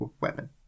weapon